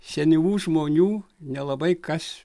senyvų žmonių nelabai kas